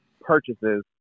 purchases